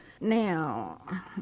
Now